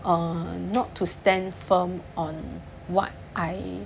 err not to stand firm on what I